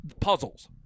puzzles